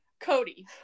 Cody